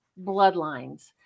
bloodlines